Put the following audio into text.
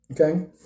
Okay